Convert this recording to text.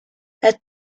het